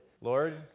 Lord